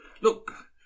Look